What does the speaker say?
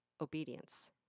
obedience